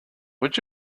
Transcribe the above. would